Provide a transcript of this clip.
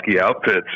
outfits